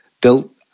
built